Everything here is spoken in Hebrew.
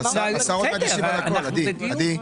השר עוד מעט ישיב על הכול, עדי.